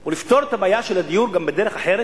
הוא לפתור את הבעיה של הדיור בדרך אחרת,